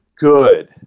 good